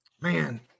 man